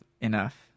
enough